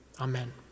Amen